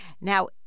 Now